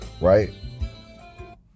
right